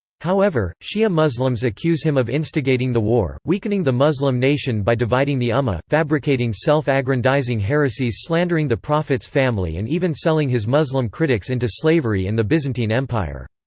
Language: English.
however, shia muslims accuse him of instigating the war, weakening the muslim nation by dividing the ummah, fabricating self-aggrandizing heresies slandering the prophet's family and even selling his muslim critics into slavery in the byzantine empire.